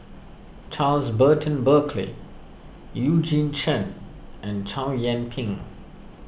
Charles Burton Buckley Eugene Chen and Chow Yian Ping